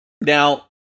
Now